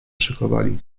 szykowali